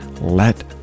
let